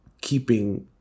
keeping